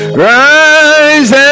rise